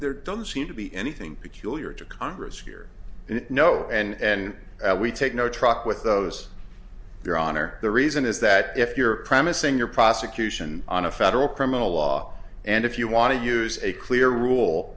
there doesn't seem to be anything peculiar to congress here and no and we take no truck with those your honor the reason is that if you're premising your prosecution on a federal criminal law and if you want to use a clear rule